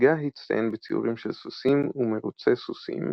דגה הצטיין בציורים של סוסים ומרוצי סוסים,